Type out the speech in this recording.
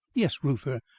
yes, reuther,